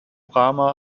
rama